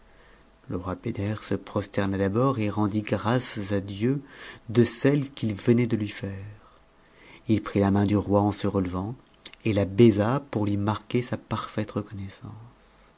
le roi beder se prosterna d'abord et rendit g à dieu de celle qu'il venait de lui faire il prit la main du roi en se relevant et la baisa pour lui marquer sa parfaite reconnaissance